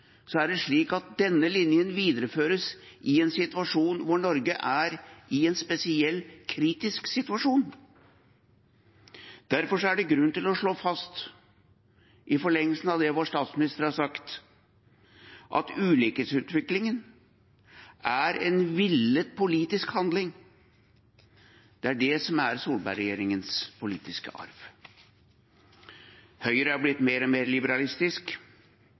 er det slik at denne linjen videreføres i en tid hvor Norge er i en spesielt kritisk situasjon. Derfor er det grunn til å slå fast, i forlengelsen av det vår statsminister har sagt, at ulikhetsutviklingen er en villet politisk handling. Det er det som er Solberg-regjeringens politiske arv. Høyre er blitt mer og mer liberalistisk.